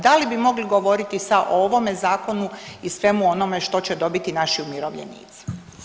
Da li bi mogli govoriti sa ovome Zakonu i svemu onome što će dobiti naši umirovljenici?